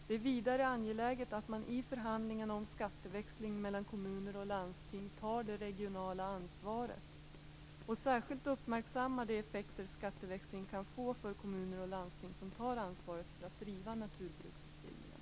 Det är vidare angeläget att man i förhandlingarna om skatteväxling mellan kommuner och landsting tar det regionala ansvaret och särskilt uppmärksammar de effekter skatteväxlingen kan få för kommuner och landsting som tar ansvar för att driva naturbruksutbildningarna."